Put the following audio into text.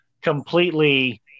completely